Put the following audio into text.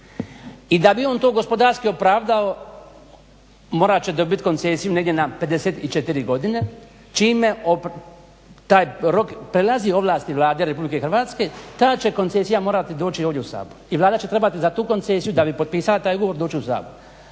i da bi on to gospodarski opravdao morat će dobit koncesiju negdje na 54 godine čime taj rok prelazi ovlasti Vlade RH. Ta će koncesija morati doći ovdje u Sabor i Vlada će trebati za tu koncesiju da bi potpisala taj ugovor doći u Sabor.